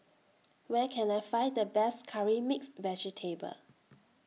Where Can I Find The Best Curry Mixed Vegetable